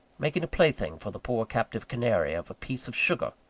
making a plaything for the poor captive canary of a piece of sugar,